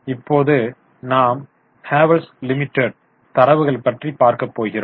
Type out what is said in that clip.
இப்போது நாம் ஹேவல்ஸ் லிமிடெட் தரவுகள் பற்றி பார்க்க போகிறோம்